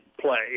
play